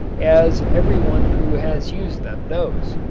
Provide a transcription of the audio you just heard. as every one who has used them knows.